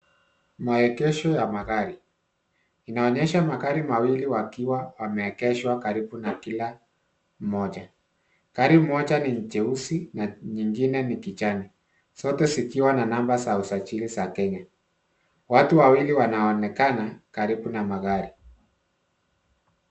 Maegesho ya magari, inaonyesha magari mawili wakiwa ameegeshwa karibu na kila moja. Gari moja ni jeusi na nyingine ni kijani. Zote zikiwa na namba za usajili za Kenya. Watu wawili wanaonekana karibu na magari.